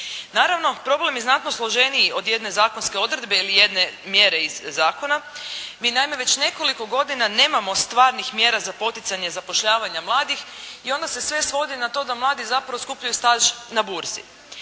Naravno problem je znatno složeniji od jedne zakonske odredbe ili jedne mjere iz zakona. Mi naime već nekoliko godina nemamo stvarnih mjera za poticanje zapošljavanja mladih i onda se sve svodi na to da mladi zapravo skupljaju staž na burzi